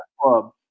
club